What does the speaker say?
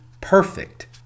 perfect